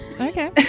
okay